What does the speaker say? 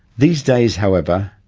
these days however,